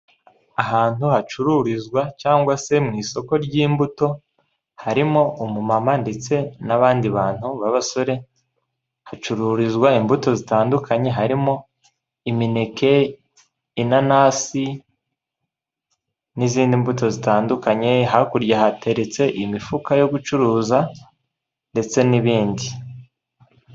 Ahantu hacururizwa cyangwa se mu isoko ry'imbuto harimo umumama ndetse n'abandi bantu babasore hacururizwa imbuto zitandukanye harimo imineke, inanasi n'izindi mbuto zitandukanye hakurya hateretse imifuka yo gucuruza ndetse n'ibindi.